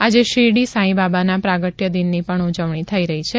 આજે શીરડી સાંઈ બાબાના પ્રાગટ્ય દિનની પણ ઉજવણી થઈ રહી છે